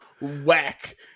whack